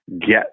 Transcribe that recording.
get